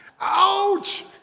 Ouch